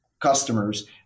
customers